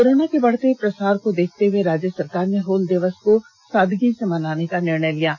corona के बढ़ते प्रसार को देखते हये राज्य सरकार ने हल दिवस को सादगी से मनाने का निर्णय लिया था